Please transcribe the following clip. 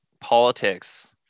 politics